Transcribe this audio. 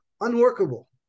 Unworkable